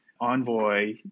Envoy